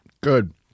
good